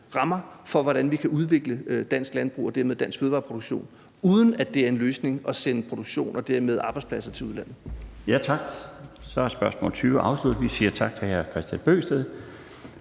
rammer for, hvordan vi kan udvikle dansk landbrug og dermed dansk fødevareproduktion, uden at det er en løsning at sende produktion og dermed arbejdspladser til udlandet.